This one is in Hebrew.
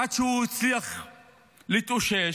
עד שהוא הצליח להתאושש,